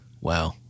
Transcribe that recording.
Wow